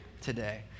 today